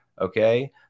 Okay